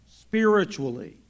spiritually